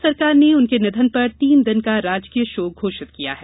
राज्य सरकार ने उनके निधन पर तीन दिन का राजकीय शोक घोषित किया है